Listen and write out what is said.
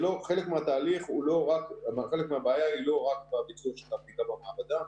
חלק מהבעיה היא לא רק בביצוע של הבדיקה במעבדה.